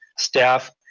staff,